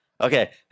Okay